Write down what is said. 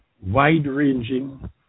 wide-ranging